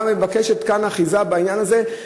באה ומבקשת כאן אחיזה בעניין הזה,